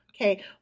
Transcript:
Okay